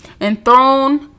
Enthroned